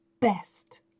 best